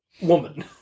woman